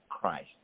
Christ